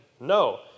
No